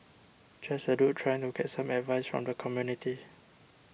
just a dude trying to get some advice from the community